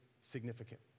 significant